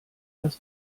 das